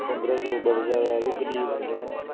पन्द्रा सौ बड़ा ज्यादा यरो गरीब बंदा अ'ऊं